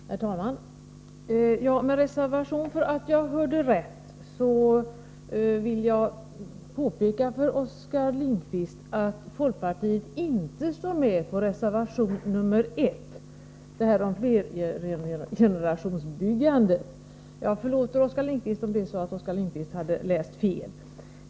Herr talman! Med reservation för att jag hörde fel vill jag påpeka för Oskar Lindkvist att folkpartiet inte är med om reservation nr 1, om flergenerationsboende. Jag förlåter Oskar Lindkvist om han hade läst fel.